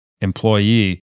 employee